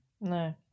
No